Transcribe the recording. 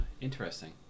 Interesting